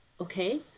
okay